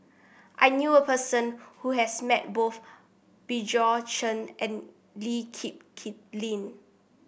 I knew a person who has met both Bjorn Shen and Lee Kip Kip Lin